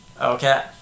okay